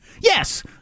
Yes